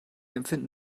empfinden